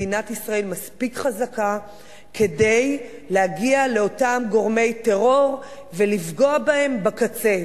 מדינת ישראל מספיק חזקה כדי להגיע לאותם גורמי טרור ולפגוע בהם בקצה.